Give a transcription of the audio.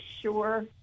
sure